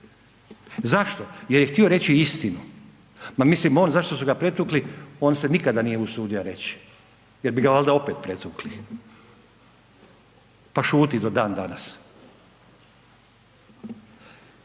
Zašto? Jer je htio reći istinu. Ma mislim, on, zašto su ga pretukli, on se nikada nije usudio reći jer bi ga valjda opet pretukli pa šuti do dan danas.